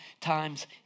times